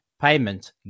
payment